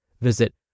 Visit